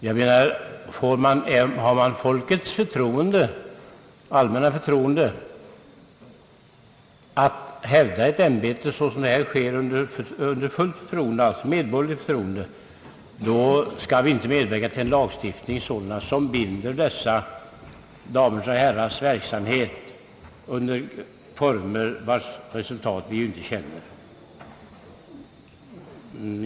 Jag menar att om man får folkets allmänna förtroende att sköta ett ämbete, på sätt som nu sker, bör vi inte medverka till en lagstiftning som binder verksamheten på ett sätt som kan få sådana konsekvenser som vi inte känner till.